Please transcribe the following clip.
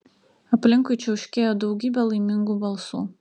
aplinkui čiauškėjo daugybė laimingų balsų